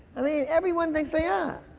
i mean, everyone thinks they are.